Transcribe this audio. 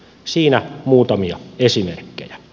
siinä muutamia esimerkkejä